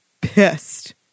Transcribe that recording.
pissed